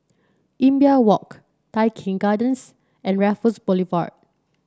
Imbiah Walk Tai Keng Gardens and Raffles Boulevard